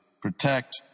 protect